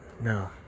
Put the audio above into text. no